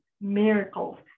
miracles